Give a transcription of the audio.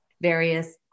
Various